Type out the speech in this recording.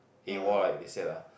AWOL right he said ah